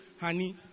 honey